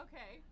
Okay